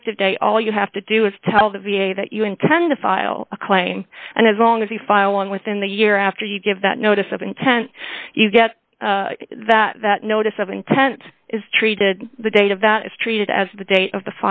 day all you have to do is tell the v a that you intend to file a claim and as long as you file on within the year after you give that notice of intent you get that that notice of intent is treated the date of that is treated as the date of the